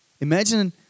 Imagine